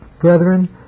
Brethren